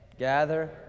Gather